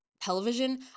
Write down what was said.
television